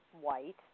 white